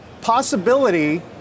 possibility